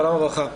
שלום וברכה,